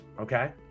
okay